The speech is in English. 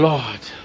Lord